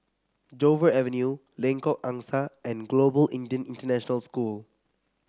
Dover Avenue Lengkok Angsa and Global Indian International School